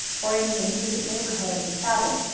or in the immediate neighborhood of the cabin.